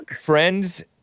friend's